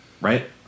right